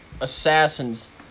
assassins